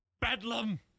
Bedlam